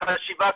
חשיבה,